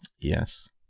Yes